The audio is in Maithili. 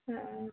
हँ